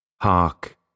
Hark